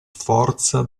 forza